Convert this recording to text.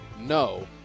no